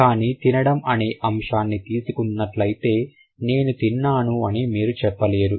కానీ తినడం అనే అంశాన్ని తీసుకున్నట్లయితే నేను తిన్నాను అని మీరు చెప్పలేరు